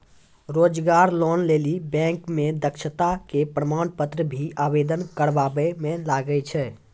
रोजगार लोन लेली बैंक मे दक्षता के प्रमाण पत्र भी आवेदन करबाबै मे लागै छै?